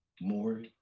more